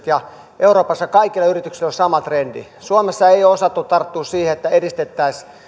ja euroopassa kaikilla yrityksillä on sama trendi suomessa ei ole osattu tarttua siihen että edistettäisiin